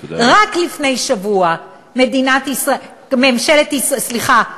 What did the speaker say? רק לפני שבוע מדינת ישראל, ממשלת ישראל, סליחה,